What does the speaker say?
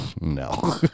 No